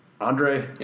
Andre